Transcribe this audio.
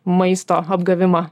maisto apgavimą